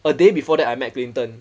a day before that I met clinton